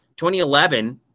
2011